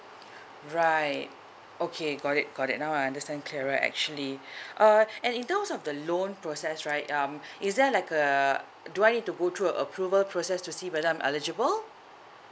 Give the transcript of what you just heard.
right okay got it got it now I understand clearer actually uh and in terms of the loan process right um is there like a do I need to go through a approval process to see whether I'm eligible